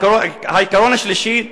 והעיקרון השלישי,